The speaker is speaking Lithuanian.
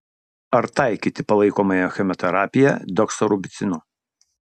ar taikyti palaikomąją chemoterapiją doksorubicinu